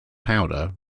powder